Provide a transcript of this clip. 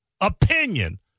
opinion